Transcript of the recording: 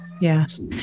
Yes